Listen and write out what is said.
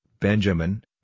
Benjamin